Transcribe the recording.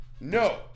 No